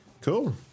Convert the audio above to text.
cool